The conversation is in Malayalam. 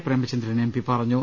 പ്രേമചന്ദ്രൻ എം പി പറഞ്ഞു